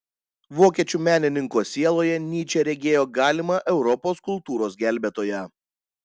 vokiečių menininko sieloje nyčė regėjo galimą europos kultūros gelbėtoją